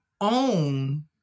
own